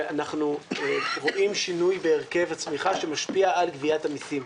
שאנחנו רואים שינוי בהרכב הצמיחה שמשפיע על גביית המסים.